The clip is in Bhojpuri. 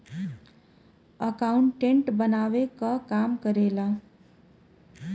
अकाउंटेंट बनावे क काम करेला